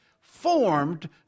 Formed